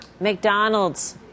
McDonald's